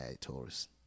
Taurus